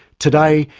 today,